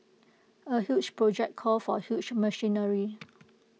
A huge project calls for huge machinery